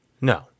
No